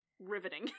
riveting